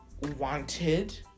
wanted